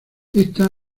está